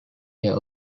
year